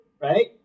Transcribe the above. right